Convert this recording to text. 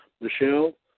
Michelle